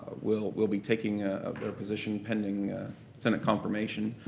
will will be taking their position pending senate confirmation